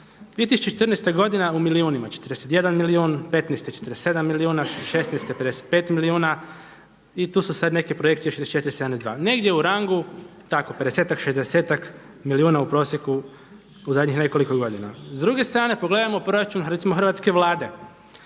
2014. godina u milijunima, 41 milijun, 2015. 47 milijuna, 2016. 55 milijuna i tu su sada neke projekcije 64, … negdje u rangu tako pedesetak, šezdesetak milijuna u prosjeku u zadnjih nekoliko godina. S druge strane pogledajmo proračun recimo hrvatske Vlade